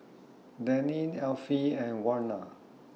Daneen Effie and Warner